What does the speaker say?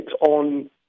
on